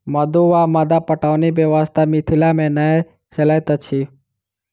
मद्दु वा मद्दा पटौनी व्यवस्था मिथिला मे नै चलैत अछि